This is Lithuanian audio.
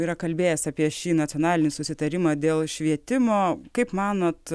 yra kalbėjęs apie šį nacionalinį susitarimą dėl švietimo kaip manot